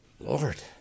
Lord